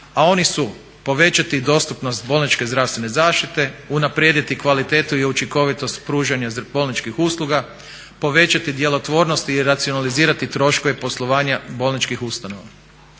A oni su: povećati dostupnost bolničke zdravstvene zaštite, unaprijediti kvalitetu i učinkovitost pružanja bolničkih usluga, povećati djelotvornosti i racionalizirati troškove poslovanja bolničkih ustanova.